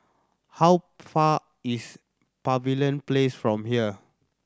how far is Pavilion Place from here